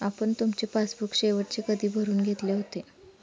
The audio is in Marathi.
आपण तुमचे पासबुक शेवटचे कधी भरून घेतले होते?